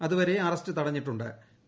അതുവരെ അറസ്റ്റു തടഞ്ഞിട്ടു ്